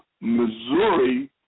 Missouri